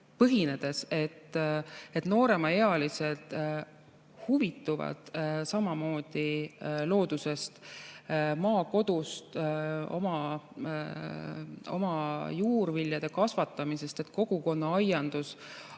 põhinedes öelda, et nooremaealised huvituvad samamoodi loodusest, maakodust, oma juurviljade kasvatamisest. Kogukonnaaiandus